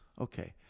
Okay